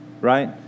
right